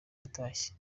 yatashye